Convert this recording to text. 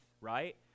right